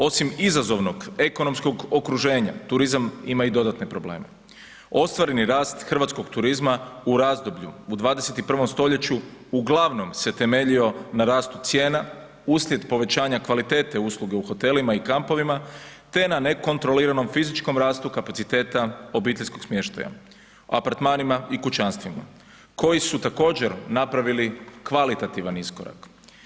Osim izazovnog ekonomskog okruženja, turizam ima i dodatne probleme, ostvareni rast hrvatskog turizma u razdoblju u 21. stoljeću uglavnom se temeljio na rastu cijena uslijed povećanja kvalitete usluge u hotelima i kampovima, te na nekontroliranom fizičkom rastu kapaciteta obiteljskog smještaja, apartmanima i kućanstvima koji su također napravili kvalitativan iskorak.